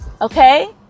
okay